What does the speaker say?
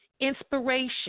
inspiration